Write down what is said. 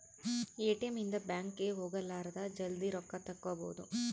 ATM ಇಂದ bank ಗೆ ಹೋಗಲಾರದ ಜಲ್ದೀ ರೊಕ್ಕ ತೆಕ್ಕೊಬೋದು